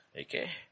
Okay